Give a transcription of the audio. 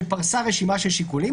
שפרסה רשימה של שיקולים.